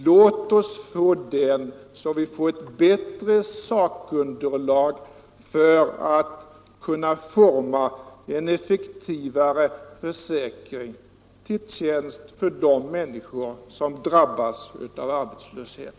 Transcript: Låt oss få den, så att vi får ett bättre sakunderlag för att forma en effektivare försäkring, till tjänst för de människor som drabbas av arbetslöshet.